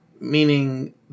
Meaning